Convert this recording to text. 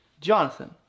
Jonathan